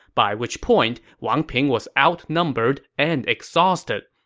by which point wang ping was outnumbered and exhausted,